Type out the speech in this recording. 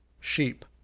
sheep